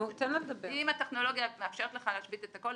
--- אם הטכנולוגיה מאפשרת לך להשבית את הכול,